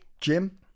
Jim